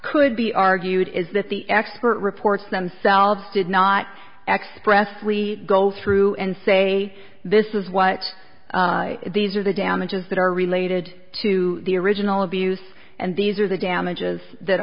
could be argued is that the expert reports themselves did not expressly go through and say this is what these are the damages that are related to the original abuse and these are the damages that